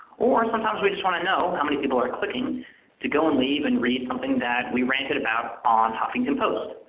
or sometimes we just want to know how many people are clicking to go and leave and read something that we ranted about on huffington post.